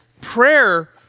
prayer